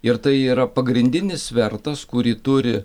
ir tai yra pagrindinis svertas kurį turi